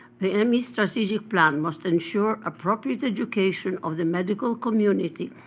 the me strategic plan must ensure appropriate education of the medical community,